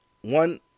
one